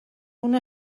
una